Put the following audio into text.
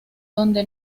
donde